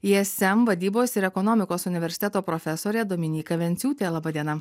ism vadybos ir ekonomikos universiteto profesorė dominyka venciūtė laba diena